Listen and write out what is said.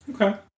Okay